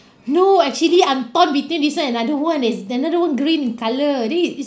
no actually I'm torn between this one and another one is another one green colour really is